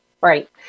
Right